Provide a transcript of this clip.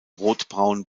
rotbraun